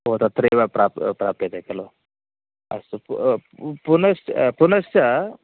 ओ तत्रैव प्रापणं प्राप्यते खलु अस्तु पु पु पुनः पुनश्च